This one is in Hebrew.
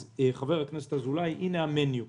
אז, חבר הכנסת אזולאי, הנה התפריט הסופי: